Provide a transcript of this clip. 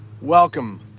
Welcome